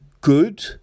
good